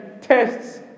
tests